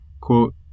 quote